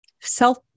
self